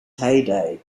heyday